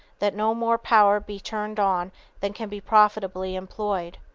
that no more power be turned on than can be profitably employed.